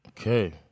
Okay